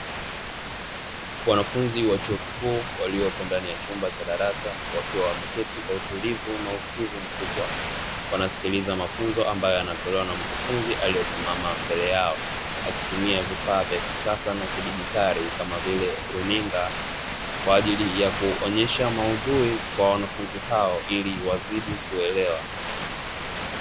Wanafunzi wa chuo kikuu waliopo ndani ya chumba cha darasa, wakiwa wamekaa kwa utulivu na usikivu mkubwa, wanasikiliza mafunzo ambayo yanatolewa na mkufunzi aliyesimama mbele yao. Akiltumia vifaa vya kisasa na kidigitali kama vile runinga, kwa ajili ya kuonyesha maudhui kwa wanafunzi hao ili wazidi kuelewa.